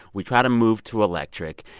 we try to move to electric.